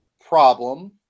problem